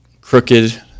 crooked